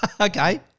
Okay